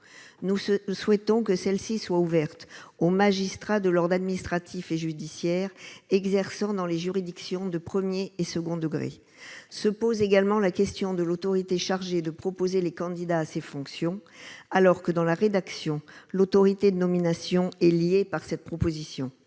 nous souhaitons que celle-ci soit ouverte aux magistrats de l'ordre administratif et judiciaire exerçant dans les juridictions de 1er et second degré se pose également la question de l'autorité chargée de proposer les candidats à ces fonctions, alors que dans la rédaction, l'autorité de nomination est lié par cette proposition,